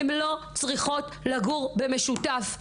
הן לא צריכות לגור במשותף.